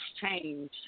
change